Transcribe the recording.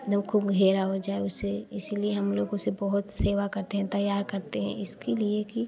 लो कोंग हेड़ा हो जाए उसे इसीलिए हम लोग उसे बहुत सेवा करते हैं तैयार करते हैं इसके लिए कि